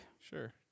Sure